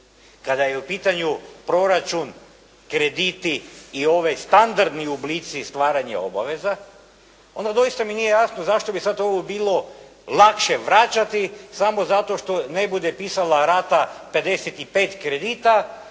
Kada je u pitanju proračun, krediti i ovi standardni oblici stvaranja obaveza, onda doista mi nije jasno zašto bi sad ovo bilo lakše vraćati samo zato što ne bude pisala rata 55 kredita,